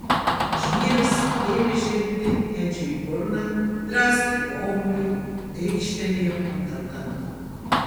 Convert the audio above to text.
žvyras ėmė žirti edžiui į burną draskė gomurį grikštelėjo tarp dantų